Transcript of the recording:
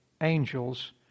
angels